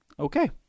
okay